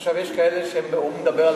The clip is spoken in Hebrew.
עכשיו יש כאלה, הוא מדבר על